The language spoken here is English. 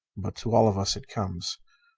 but to all of us it comes.